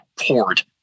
port